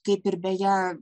kaip ir beje